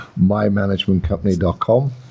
mymanagementcompany.com